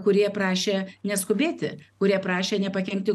kurie prašė neskubėti kurie prašė nepakenkti